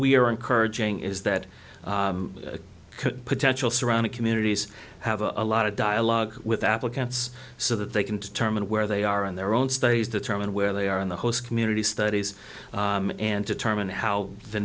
we are encouraging is that could potential surrounding communities have a lot of dialogue with applicants so that they can determine where they are in their own studies determine where they are in the host community studies and determine how the